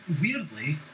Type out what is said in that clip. weirdly